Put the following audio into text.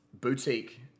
boutique